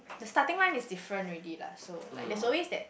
the starting one is different already lah so like there's always that